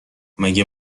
مگه